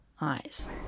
eyes